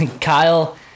Kyle